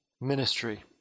ministry